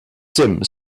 sims